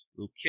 Okay